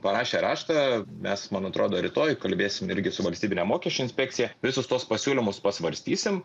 parašė raštą mes man atrodo rytoj kalbėsim irgi su valstybine mokesčių inspekcija visus tuos pasiūlymus pasvarstysim